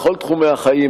בכל תחומי החיים,